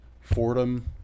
Fordham